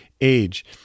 age